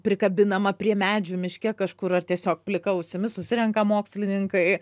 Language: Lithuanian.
prikabinama prie medžių miške kažkur ar tiesiog plika ausimi susirenka mokslininkai